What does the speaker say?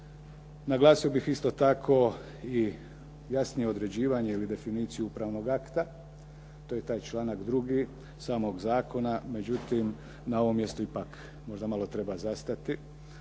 Naglasio bih isto tako i jasnije određivanje ili definiciju upravnog akta. To je taj članak 2. samog zakona, međutim na ovom mjestu ipak možda malo treba zastati